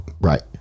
Right